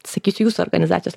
sakyčiau jūsų organizacijos